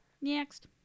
Next